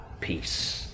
Peace